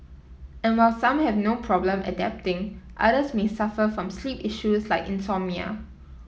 and while some have no problem adapting others may suffer from sleep issues like insomnia